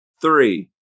Three